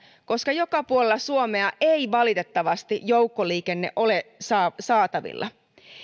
koska joka puolella suomea ei valitettavasti joukkoliikennettä ole saatavilla